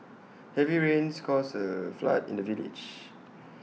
heavy rains caused A flood in the village